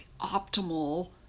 optimal